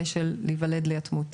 על כך שהוא ייוולד ליתמות.